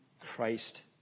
Christ